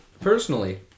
personally